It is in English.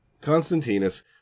Constantinus